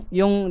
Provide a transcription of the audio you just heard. yung